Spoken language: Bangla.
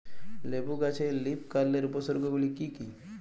লেবু গাছে লীফকার্লের উপসর্গ গুলি কি কী?